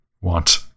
want